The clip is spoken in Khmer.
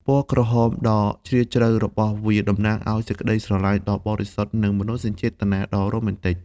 ពណ៌ក្រហមដ៏ជ្រាលជ្រៅរបស់វា តំណាងឲ្យសេចក្ដីស្រឡាញ់ដ៏បរិសុទ្ធ និងមនោសញ្ចេតនាដ៏រ៉ូមែនទិក។